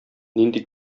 нинди